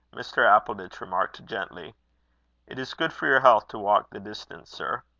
mr. appleditch remarked, gently it is good for your health to walk the distance, sir.